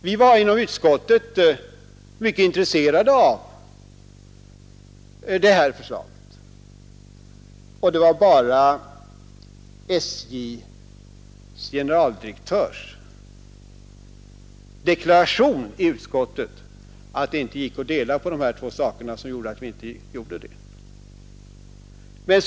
Vi var inom utskottsmajoriteten mycket intresserade av detta förslag — det var bara SJ:s generaldirektörs deklaration inför utskottet att det inte gick att dela på de här två sakerna som fick oss att avstå från att göra så.